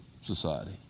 society